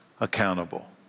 accountable